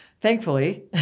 thankfully